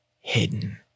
hidden